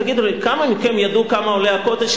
תגידו לי: כמה מכם ידעו כמה עולה ה"קוטג'"